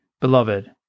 Beloved